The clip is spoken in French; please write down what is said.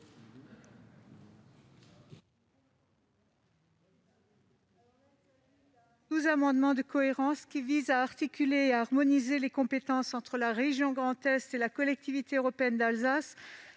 sous-amendement de cohérence, qui vise à harmoniser les compétences entre la région Grand Est et la Collectivité européenne d'Alsace,